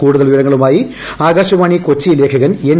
കൂടുതൽ വിവരങ്ങളുമായി ആകാശവാണി കൊച്ചി ലേഖകൻ എൻ